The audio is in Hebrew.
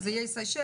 שזה איי סיישל,